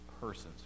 persons